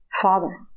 father